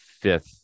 fifth